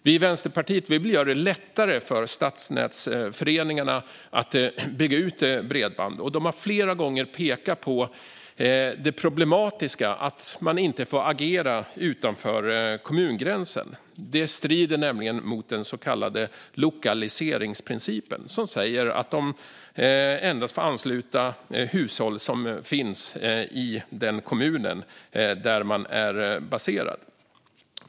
Vi i Vänsterpartiet vill göra det lättare för stadsnätsföreningarna att bygga ut bredband. De har flera gånger pekat på det problematiska i att man inte får agera utanför kommungränsen. Det strider nämligen mot den så kallade lokaliseringsprincipen, som säger att de endast får ansluta hushåll som finns i den kommun där man är baserad.